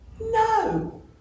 no